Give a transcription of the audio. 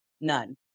none